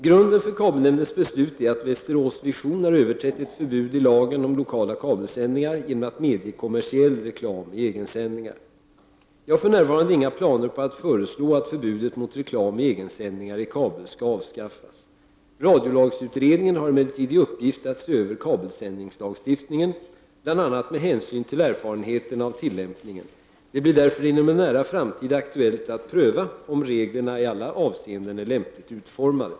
Grunden för kabelnämndens beslut är att Västerås Vision har överträtt ett förbud i lagen om lokala kabelsändningar genom att medge kommersiell reklam i egensändningar. Jag har för närvarande inga planer på att föreslå att förbudet mot reklam i egensändningar i kabel skall avskaffas. Radiolagsutredningen har emellertid i uppgift att se över kabelsändningslagstiftningen, bl.a. med hänsyn till erfarenheterna av tillämpningen . Det blir därför inom en nära framtid aktuellt att pröva om reglerna i alla avseenden är lämpligt utformade.